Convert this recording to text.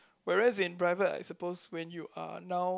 whereas in private I suppose when you are now